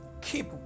Keep